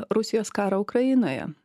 rusijos karą ukrainoje